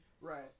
right